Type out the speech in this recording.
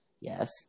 Yes